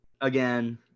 again